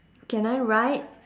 can I write